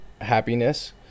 happiness